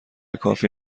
کافی